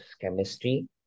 chemistry